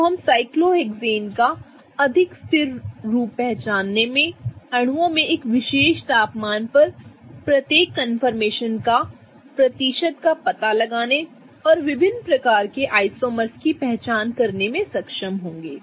तो हम साइक्लोहेक्सेन का अधिक स्थिर रूप पहचानने में अणुओं में एक विशेष तापमान पर प्रत्येक कंफर्मेशन का प्रतिशत का पता लगाने और विभिन्न प्रकार के आइसोमर्स की पहचान करने में सक्षम होंगे